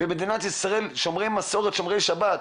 במדינת ישראל שהם שומרי מסורת ושומרי שבת,